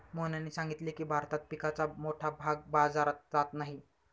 मोहनने सांगितले की, भारतात पिकाचा मोठा भाग बाजारात जात नाही